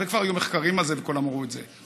וכבר היו מחקרים על זה וכולם ראו את זה.